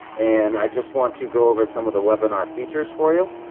and i just want to go over some of the webinar features for you.